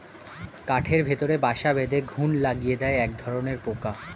কাঠের ভেতরে বাসা বেঁধে ঘুন লাগিয়ে দেয় একধরনের পোকা